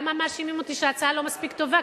למה מאשימים אותי שההצעה לא מספיק טובה?